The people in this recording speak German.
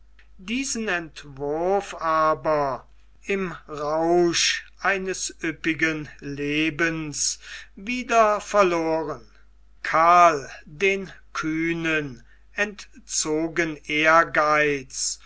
diesen entwurf aber im rausch seines üppigen lebens wieder verloren karln den kühnen entzogen ehrgeiz